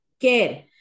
Care